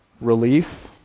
Relief